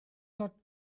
not